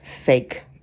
fake